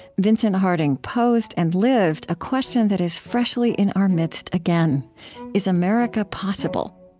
vincent harding posed and lived a question that is freshly in our midst again is america possible?